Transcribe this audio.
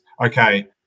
okay